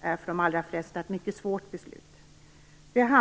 är för de allra flesta ett mycket svårt beslut.